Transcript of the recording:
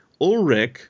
Ulrich